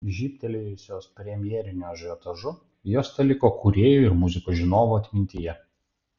žybtelėjusios premjeriniu ažiotažu jos teliko kūrėjų ir muzikos žinovų atmintyje